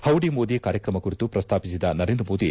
ಪೌಡಿ ಮೋದಿ ಕಾರ್ಯಕ್ರಮ ಕುರಿತು ಪ್ರಸ್ತಾಪಿಸಿದ ನರೇಂದ್ರ ಮೋದಿ